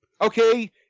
Okay